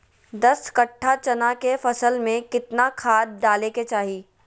दस कट्ठा चना के फसल में कितना खाद डालें के चाहि?